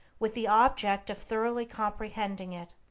with the object of thoroughly comprehending it,